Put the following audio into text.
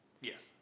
Yes